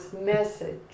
message